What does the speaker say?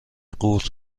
قورت